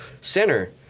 center